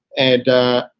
and,